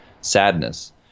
sadness